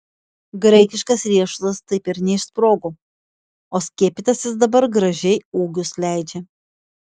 graikiškas riešutas taip ir neišsprogo o skiepytasis dabar gražiai ūgius leidžia